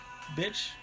bitch